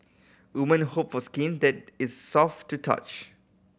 women hope for skin that is soft to touch